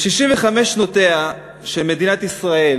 ב-65 שנותיה של מדינת ישראל